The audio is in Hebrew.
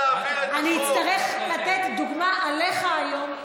אני אצטרך לתת דוגמה עליך היום,